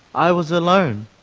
i was alone